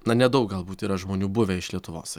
na nedaug galbūt yra žmonių buvę iš lietuvos